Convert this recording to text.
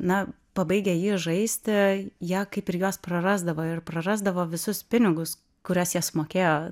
na pabaigę jį žaisti jie kaip ir jos prarasdavo ir prarasdavo visus pinigus kuriuos jie sumokėjo